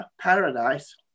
paradise